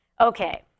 Okay